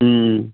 ও